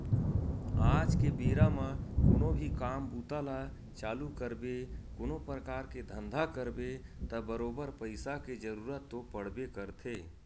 आज के बेरा म कोनो भी काम बूता ल चालू करबे कोनो परकार के धंधा करबे त बरोबर पइसा के जरुरत तो पड़बे करथे